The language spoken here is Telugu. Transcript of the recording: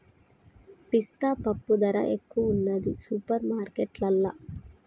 పిస్తా పప్పు ధర ఎక్కువున్నది సూపర్ మార్కెట్లల్లా